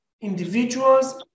individuals